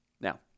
Now